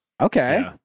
Okay